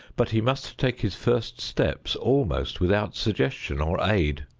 but he must take his first steps almost without suggestion or aid.